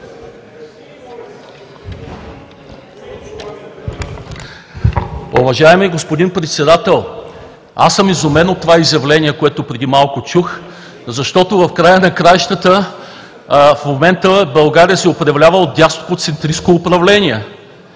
Уважаеми господин Председател, аз съм изумен от това изявление, което преди малко чух, защото в края на краищата в момента България се управлява от дясноцентристко управление